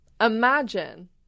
imagine